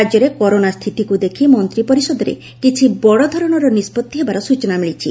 ରାକ୍ୟରେ କରୋନା ସ୍ପିତିକୁ ଦେଖି ମନ୍ତୀ ପରିଷଦରେ କିଛି ବଡ଼ ଧରଣର ନିଷ୍ବଭି ହେବାର ସୂଚନା ମିଳିଛି